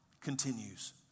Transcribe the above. continues